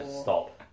Stop